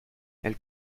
elle